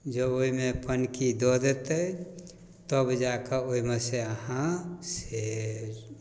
जब ओहिमे पौनुकि दऽ देतै तब जाकऽ ओहिमे से अहाँ से